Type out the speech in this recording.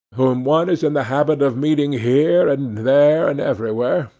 whom one is in the habit of meeting here, and there, and everywhere,